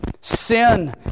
Sin